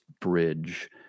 bridge